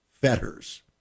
fetters